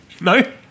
No